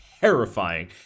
terrifying